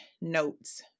notes